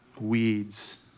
weeds